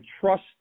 trust